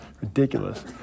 ridiculous